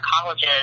colleges